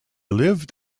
lived